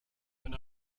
when